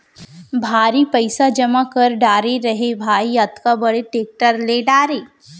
भारी पइसा जमा कर डारे रहें भाई, अतका बड़े टेक्टर ले डारे